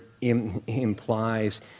implies